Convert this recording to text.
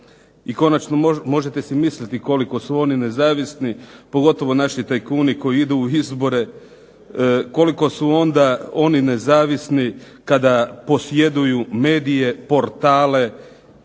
I konačno možete si misliti koliko su oni nezavisni, pogotovo naši tajkuni koji idu u izbore koliko su onda oni nezavisni kada posjeduju medije, portale,